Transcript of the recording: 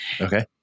Okay